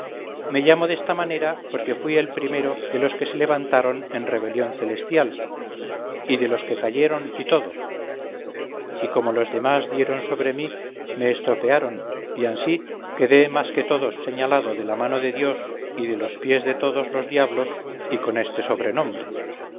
me llamo desta manera porque fuí el primero de los que se levantaron en el rebelión celestial y de los que cayeron y todo y como los demás dieron sobre mí me estropearon y ansí quedé más que todos señalado de la mano de dios y de los pies de todos los diablos y con este sobrenombre